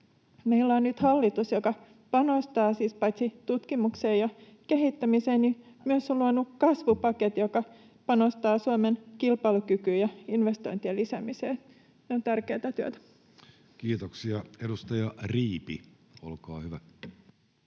meillä on nyt hallitus, joka siis paitsi panostaa tutkimukseen ja kehittämiseen myös on luonut kasvupaketin, joka panostaa Suomen kilpailukykyyn ja investointien lisäämiseen. Se on tärkeätä työtä. [Speech 334] Speaker: